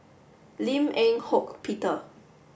Lim Eng Hock Peter